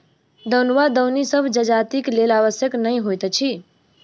दौन वा दौनी सभ जजातिक लेल आवश्यक नै होइत अछि